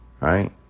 Right